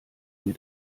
mir